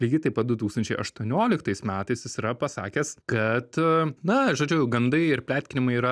lygiai taip pat du tūkstančiai aštuonioliktais metais jis yra pasakęs kad na žodžiu gandai ir pletkinimai yra